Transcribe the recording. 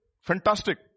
fantastic